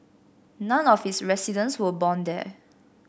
none of its residents were born there